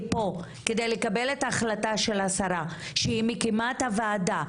פה כדי לקבל את ההחלטה של השרה שהיא מקימה את הוועדה,